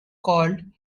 called